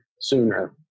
sooner